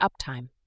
uptime